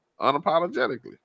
Unapologetically